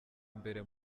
imbere